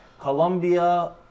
Colombia